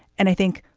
and i think,